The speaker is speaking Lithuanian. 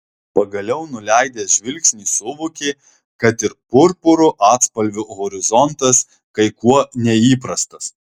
pagaliau nuleidęs žvilgsnį suvokė kad ir purpuro atspalvio horizontas kai kuo neįprastas